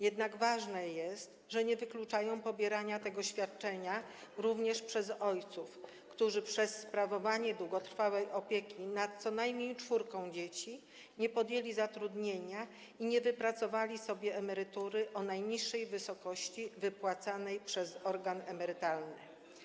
Jednak ważne jest, że nie wykluczają pobierania tego świadczenia również przez ojców, którzy przez sprawowanie długotrwałej opieki nad co najmniej czwórką dzieci nie podjęli zatrudnienia i nie wypracowali sobie emerytury o najniższej wysokości wypłacanej przez organ emerytalny.